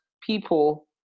people